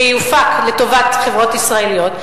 שיופק לטובת חברות ישראליות.